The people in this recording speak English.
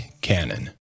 Canon